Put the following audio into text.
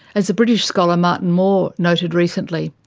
as the british scholar martin moore noted recently,